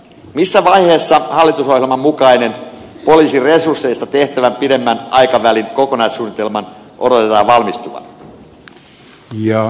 missä vaiheessa hallitusohjelman mukaisen poliisin resursseista tehtävän pidemmän aikavälin kokonaissuunnitelman odotetaan valmistuvan